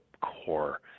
core